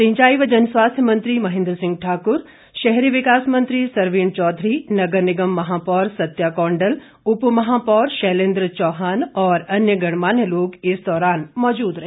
सिंचाई व जनस्वास्थ्य मंत्री महेन्द्र सिंह ठाकुर शहरी विकास मंत्री सरवीण चौधरी नगर निगम महापौर सत्या काँडल उपमहापौर शैलेंद्र चौहान और अन्य गणमान्य लोग इस दौरान मौजूद रहे